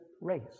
race